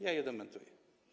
Ja je dementuję.